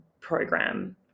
program